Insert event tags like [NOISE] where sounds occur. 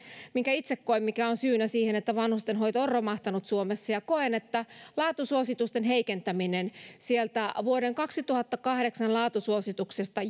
minkä itse koen olevan syynä siihen että vanhustenhoito on romahtanut suomessa koen että laatusuositusten heikentäminen vuoden kaksituhattakahdeksan laatusuosituksesta [UNINTELLIGIBLE]